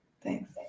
Thanks